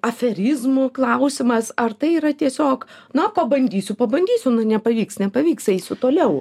aferizmo klausimas ar tai yra tiesiog na pabandysiu pabandysiu nu nepavyks nepavyks eisiu toliau